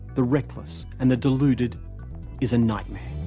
the reckless and the deluded is a nightmare.